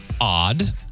Odd